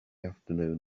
afternoon